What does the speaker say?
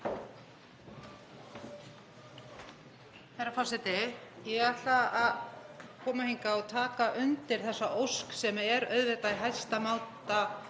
Herra forseti. Ég ætla að koma hingað og taka undir þessa ósk sem er auðvitað í hæsta máta